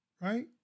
Right